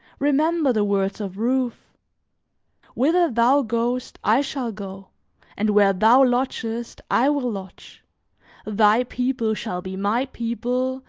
remember the words of ruth whither thou goest, i shall go and where thou lodgest, i will lodge thy people shall be my people,